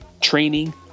training